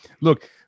look